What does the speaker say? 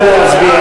נא להצביע.